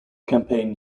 campaign